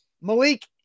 Malik